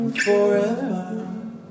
forever